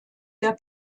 der